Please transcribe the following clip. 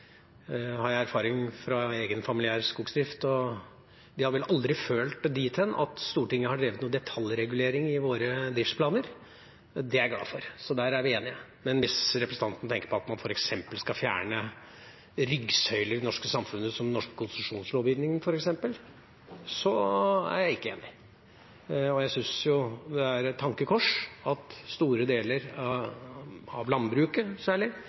har jeg erfaring fra egen familiær skogsdrift, og de har vel aldri følt det dit hen at Stortinget har drevet noe detaljregulering i våre driftsplaner. Det er jeg glad for. Så der er vi enige. Men hvis representanten tenker på at man skal fjerne en ryggsøyle i det norske samfunnet som den norske konsesjonslovgivningen f.eks., så er jeg ikke enig. Jeg syns det er et tankekors at store deler av særlig landbruket,